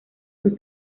sus